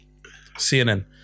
CNN